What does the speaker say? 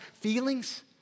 feelings